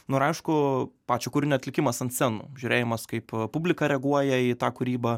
nu ir aišku pačio kūrinio atlikimas ant scenų žiūrėjimas kaip publika reaguoja į tą kūrybą